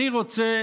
אני רוצה